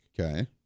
Okay